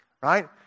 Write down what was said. Right